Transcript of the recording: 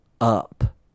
up